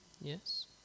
Yes